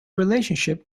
relationship